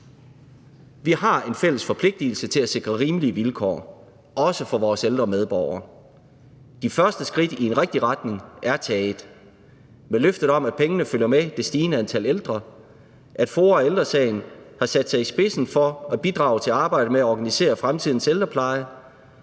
Vi har en fælles forpligtelse til at sikre rimelige vilkår, også for vores ældre medborgere. De første skridt i en rigtig retning er taget med løftet om, at pengene følger med det stigende antal ældre, og ved at FOA og Ældre Sagen har sat sig i spidsen for at bidrage til arbejdet med at organisere fremtidens ældrepleje